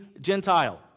Gentile